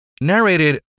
Narrated